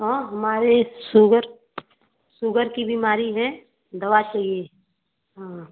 हाँ हमारी sugar sugar की बीमारी है दवा चाहिए हाँ